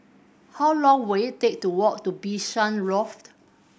how long will it take to walk to Bishan Loft